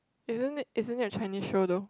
isn't it isn't it a Chinese show though